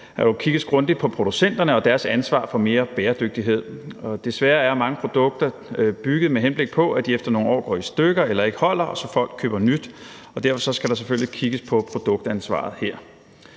der jo kigges grundigt på producenterne og deres ansvar for mere bæredygtighed. Desværre er mange produkter bygget, med henblik på at de efter nogle år går i stykker eller ikke holder, så folk køber nyt, og derfor skal der selvfølgelig kigges på produktansvaret her.